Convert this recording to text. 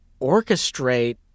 orchestrate